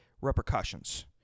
repercussions